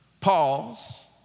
Pause